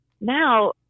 now